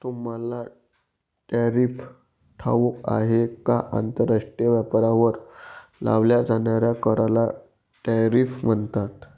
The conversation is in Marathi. तुम्हाला टॅरिफ ठाऊक आहे का? आंतरराष्ट्रीय व्यापारावर लावल्या जाणाऱ्या कराला टॅरिफ म्हणतात